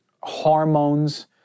hormones